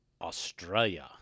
australia